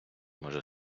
може